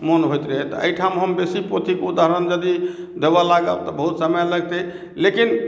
मोन होइत रहैए तऽ एहिठाम हम बेसी पोथीकेँ उदहारण यदि देबय लागब तऽ बहुत समय लगतै लेकिन